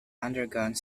undergone